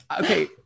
Okay